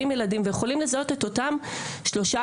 ילדים ויכולים לזהות את אותם שלושה,